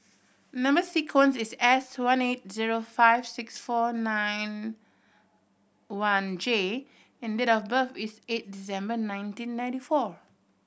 number sequence is S one eight zero five six four nine one J and date of birth is eight December nineteen ninety four